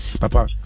Papa